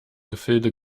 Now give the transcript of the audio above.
gefilde